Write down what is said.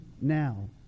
now